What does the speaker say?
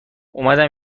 اومدم